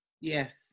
Yes